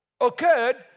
occurred